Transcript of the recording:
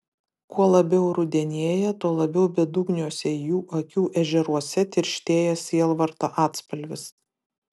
kuo labiau rudenėja tuo labiau bedugniuose jų akių ežeruose tirštėja sielvarto atspalvis